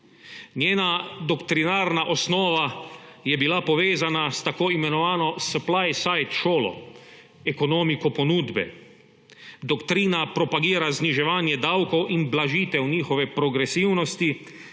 Njena doktrinarna osnova je bila povezana s tako imenovano supply-side šolo, ekonomiko ponudbe. Doktrina propagira zniževanje davkov in blažitev njihove progresivnosti